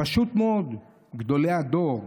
פשוט מאוד גדולי הדור,